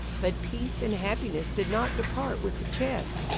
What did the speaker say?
but peace and happiness did not depart with the chest.